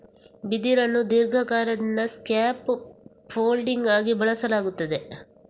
ಬಿದಿರನ್ನು ದೀರ್ಘಕಾಲದಿಂದ scaffolding ಆಗಿ ಬಳಸಲಾಗುತ್ತದೆ